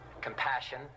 compassion